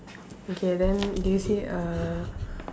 okay then do you see a